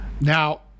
Now